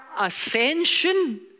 ascension